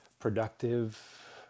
productive